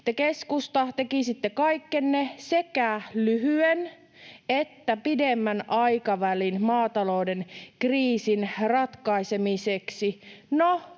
te, keskusta, tekisitte kaikkenne sekä lyhyen että pidemmän aikavälin maatalouden kriisin ratkaisemiseksi.